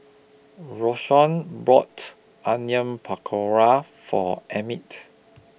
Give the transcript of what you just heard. Roseanne bought Onion Pakora For Emmitt